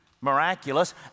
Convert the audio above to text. miraculous